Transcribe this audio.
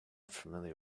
familiar